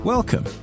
Welcome